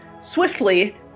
swiftly